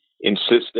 insisted